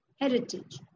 heritage